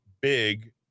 big